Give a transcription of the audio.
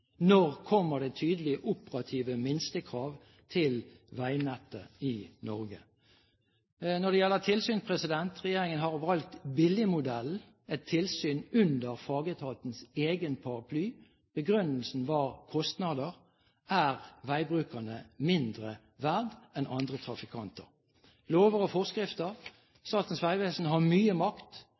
Når kommer det tydelige operative minstekrav til veinettet i Norge? Når det gjelder tilsyn, har regjeringen valgt billigmodellen – et tilsyn under fagetatens egen paraply. Begrunnelsen var kostnader. Er veibrukerne mindre verdt enn andre trafikanter? Lover og forskrifter: Statens vegvesen har mye makt.